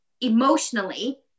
emotionally